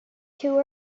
too